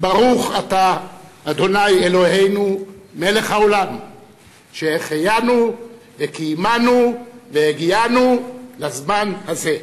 "ברוך אתה ה' אלוהינו מלך העולם שהחיינו וקיימנו והגיענו לזמן הזה".